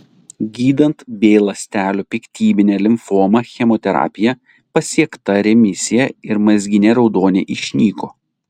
gydant b ląstelių piktybinę limfomą chemoterapija pasiekta remisija ir mazginė raudonė išnyko